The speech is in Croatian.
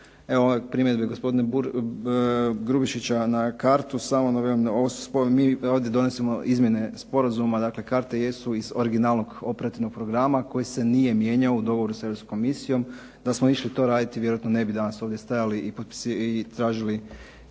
one primjedbe gospodina Grubišića na kartu, samo da velim da mi ovdje donosimo izmjene sporazuma, dakle karte jesu iz originalnog operativnog programa koji se nije mijenjao u dogovoru s Europskom komisijom. Da smo išli to raditi vjerojatno ne bi danas ovdje stajali i tražili